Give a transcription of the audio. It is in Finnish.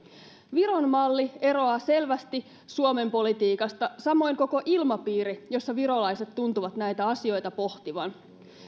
viron malli eroaa selvästi suomen politiikasta samoin koko ilmapiiri jossa virolaiset tuntuvat näitä asioita pohtivan